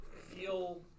Feel